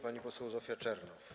Pani poseł Zofia Czernow.